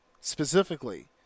specifically